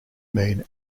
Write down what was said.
mean